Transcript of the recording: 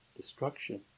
destruction